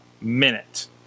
minute